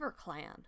RiverClan